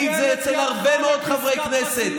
בכנסת הקודמת ראיתי את זה אצל הרבה מאוד חברי כנסת.